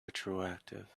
retroactive